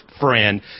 friend